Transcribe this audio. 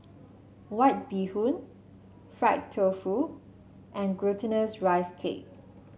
White Bee Hoon Fried Tofu and Glutinous Rice Cake